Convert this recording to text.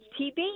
TB